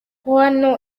hano